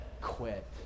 Quit